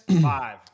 Five